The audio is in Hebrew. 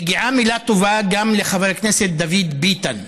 מגיעה מילה טובה גם לחבר הכנסת דוד ביטן,